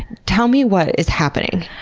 tell me what is happening.